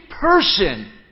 person